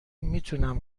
میتونم